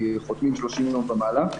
כי חותמים 30 יום ומעלה,